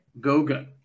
Goga